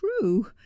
true